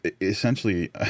essentially